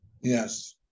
yes